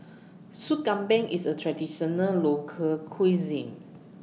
Soup Kambing IS A Traditional Local Cuisine